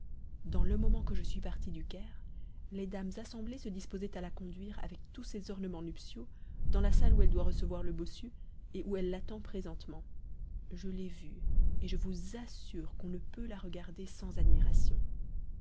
dans le moment que je suis partie du caire les dames assemblées se disposaient à la conduire avec tous ses ornements nuptiaux dans la salle où elle doit recevoir le bossu et où elle l'attend présentement je l'ai vue et je vous assure qu'on ne peut la regarder sans admiration